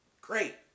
Great